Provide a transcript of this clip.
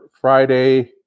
Friday